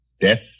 death